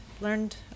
learned